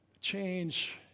Change